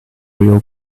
real